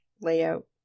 layout